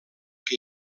que